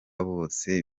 bose